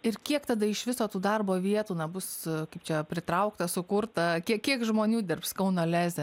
ir kiek tada iš viso tų darbo vietų na bus kaip čia pritraukta sukurta kiek kiek žmonių dirbs kauno leze